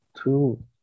two